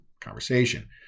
conversation